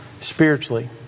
spiritually